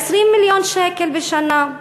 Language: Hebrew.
20 מיליון שקלים בשנה.